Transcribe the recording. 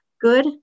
Good